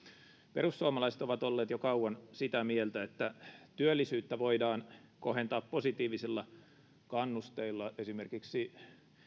perussuomalaiset ovat olleet jo kauan sitä mieltä että työllisyyttä voidaan kohentaa positiivisilla kannusteilla esimerkiksi